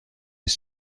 است